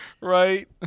Right